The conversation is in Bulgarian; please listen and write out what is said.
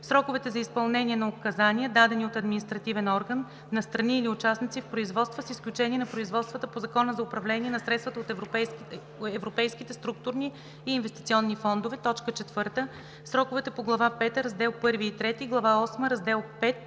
сроковете за изпълнение на указания, дадени от административен орган на страни или участници в производства, с изключение на производствата по Закона за управление на средствата от Европейските структурни и инвестиционни фондове; 4. сроковете по глава пета, раздел I и III, глава осма, раздел V,